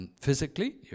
Physically